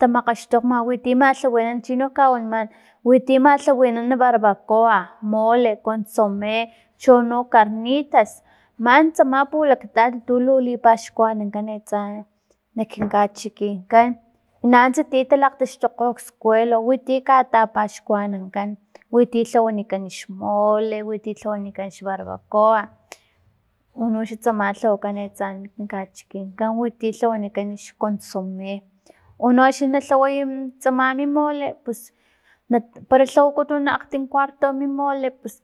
tamakgaxtokgma witi malhawinan chini kawaniman witi malhawinan barbacoa, mole, consome. chono carnitas man tsama pulaktat tulu lipaxkuanankan atsa nak kinkachikinkan nats ti taxtukgo skuelo winti tapaxkuanankan witi lhawanikan xmole, witi lhawanikan xbarbacoa unoxan tsama lhawakan atsa nak kinkachikinkan witi lhawanikan xconsome, uno xa na lhaway i tsama mi mole pus pero lhawakutun akgtim cuarto mi mole pus.